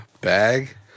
bag